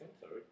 sorry